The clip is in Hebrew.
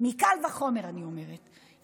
מקל וחומר אני אומרת,